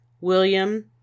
William